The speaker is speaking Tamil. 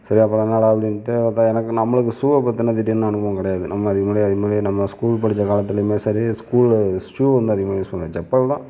சரி அப்புறம் என்னடா அப்படின்னுட்டு எனக்கு நம்மளுக்கு ஷூவை பற்றின அனுபவம் கிடையாது நம்ம இதுக்கு முன்னாடி இதுக்கு முன்னாடி நம்ம ஸ்கூல் படித்த காலத்திலயுமே சரி ஸ்கூலு ஷூ வந்து அதிகமா யூஸ் பண்ணலை செப்பல்தான்